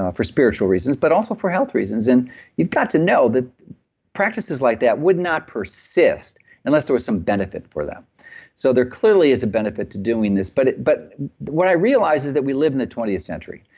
ah for spiritual reasons, but also for health reasons. you've got to know that practices like that would not persist unless there was some benefit for them so there clearly is a benefit to doing this, but but what i realized is that we live in the twentieth century.